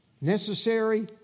necessary